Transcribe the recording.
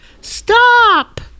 Stop